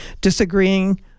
disagreeing